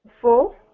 Four